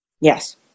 Yes